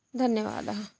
धन्यवादः